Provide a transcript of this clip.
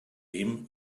him